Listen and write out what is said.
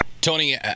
Tony